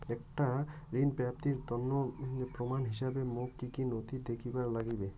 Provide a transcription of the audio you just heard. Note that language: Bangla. একটা ঋণ প্রাপ্তির তন্ন প্রমাণ হিসাবে মোক কী কী নথি দেখেবার নাগিবে?